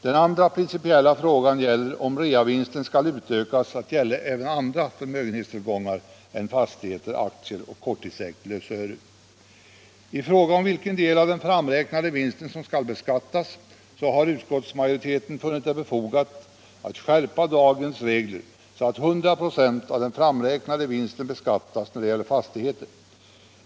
Den andra principiella frågan gäller om reavinstbeskattningen skall utökas att gälla även andra förmögenhetstillgångar än fastigheter, aktier och korttidsägt lösöre. é I fråga om vilken del av den framräknade vinsten som skall beskattas har utskottsmajoriteten funnit det befogat att skärpa dagens regler så att 100 96 av den framräknade vinsten beskattas då det gäller fastigheter.